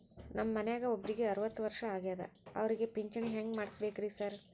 ನಮ್ ಮನ್ಯಾಗ ಒಬ್ರಿಗೆ ಅರವತ್ತ ವರ್ಷ ಆಗ್ಯಾದ ಅವ್ರಿಗೆ ಪಿಂಚಿಣಿ ಹೆಂಗ್ ಮಾಡ್ಸಬೇಕ್ರಿ ಸಾರ್?